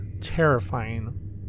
terrifying